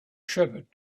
shepherd